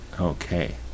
Okay